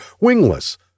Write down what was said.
wingless